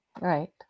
Right